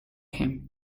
him